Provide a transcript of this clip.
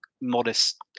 modest